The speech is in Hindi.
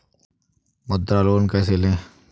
मुद्रा लोन कैसे ले?